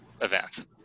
events